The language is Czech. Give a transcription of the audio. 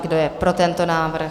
Kdo je pro tento návrh?